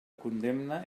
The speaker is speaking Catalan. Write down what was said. condemna